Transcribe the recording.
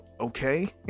okay